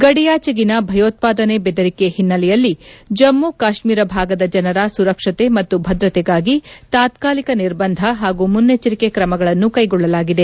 ಗಡಿಯಾಚೆಗಿನ ಭಯೋತ್ಪಾದನೆ ಬೆದರಿಕೆ ಹಿನ್ನೆಲೆಯಲ್ಲಿ ಜಮ್ನಿ ಕಾಶ್ನೀರ ಭಾಗದ ಜನರ ಸುರಕ್ಷತೆ ಮತ್ತು ಭದ್ರತೆಗಾಗಿ ತಾತ್ಕಾಲಿಕ ನಿರ್ಬಂಧ ಹಾಗೂ ಮುನ್ನೆಚ್ಚರಿಕೆ ಕ್ರಮಗಳನ್ನು ಕೈಗೊಳ್ಳಲಾಗಿದೆ